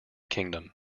kingdom